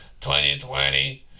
2020